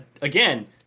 again